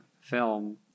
film